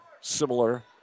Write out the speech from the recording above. Similar